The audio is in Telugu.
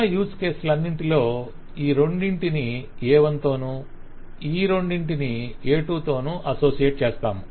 ఉన్న యూస్ కేసులన్నింటిలో ఈ రెండింటిని A1 తోనూ ఈ రెండింటిని మాత్రమే A2 తో అసోసియేట్ చేస్తాము